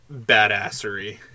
badassery